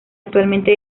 actualmente